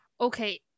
Okay